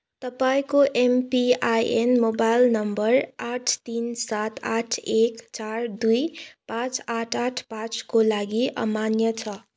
तपाईँको MPIN mobile number आठ तिन सात आठ एक चार दुई पाँच आठ आठ पाँच को लागी अमान्य छ